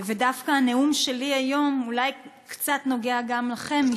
דווקא הנאום שלי היום קצת נוגע גם לכם,